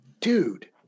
dude